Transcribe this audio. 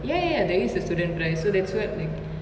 ya ya ya there is a student price so that's what like